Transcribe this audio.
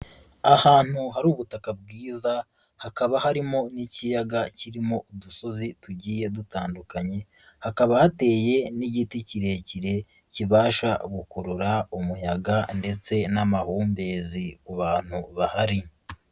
Ahantu hari ubutaka bwiza hakaba harimo n'ikiyaga kirimo udusozi tugiye dutandukanye, hakaba hateye n'igiti kirekire kibasha gukurura umuyaga ndetse n'amahumbezi ku bantu bahari.